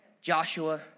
Joshua